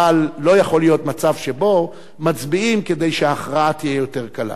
אבל לא יכול להיות מצב שבו מצביעים כדי שההכרעה תהיה יותר קלה.